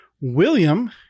William